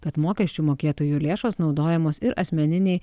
kad mokesčių mokėtojų lėšos naudojamos ir asmeninei